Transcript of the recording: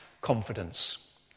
confidence